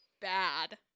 bad